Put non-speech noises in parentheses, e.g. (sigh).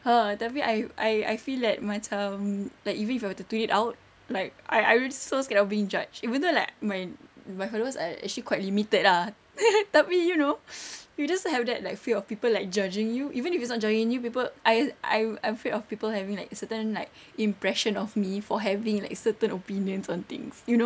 !huh! tapi I I I feel like macam like even if I were to tweet it out like I I I will just so scared of being judged even though like my my followers are actually quite limited ah (laughs) tapi you know you just have that like fear of people like judging you even if it's not judging you people I I'm I'm afraid of people having like certain like impression of me for having like certain opinions on things you know